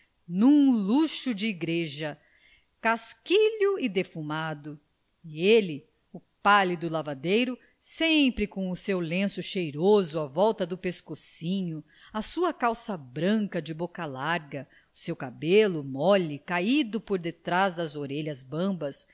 num luxo de igreja casquilho e defumado e ele o pálido lavadeiro sempre com o seu lenço cheiroso à volta do pescocinho a sua calça branca de boca larga o seu cabelo mole caldo por detrás das orelhas bambas